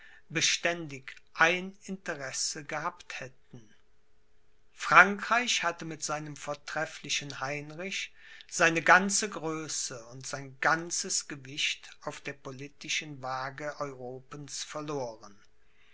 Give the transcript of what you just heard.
ein interesse gehabt hätten frankreich hatte mit seinem vortrefflichen heinrich seine ganze größe und sein ganzes gewicht auf der politischen wage europens verloren